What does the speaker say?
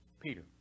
peter